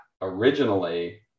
originally